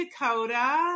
Dakota